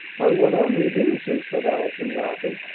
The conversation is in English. hung one on me, didn't you? said allison, laughing.